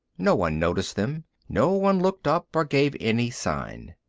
no one noticed them no one looked up or gave any sign.